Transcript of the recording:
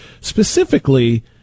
specifically